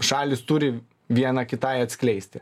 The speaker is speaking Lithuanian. šalys turi viena kitai atskleisti